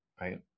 right